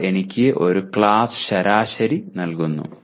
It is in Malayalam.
അവർ എനിക്ക് ഒരു ക്ലാസ് ശരാശരി നൽകുന്നു